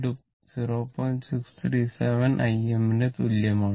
637 Im ന് തുല്യമാണ്